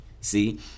See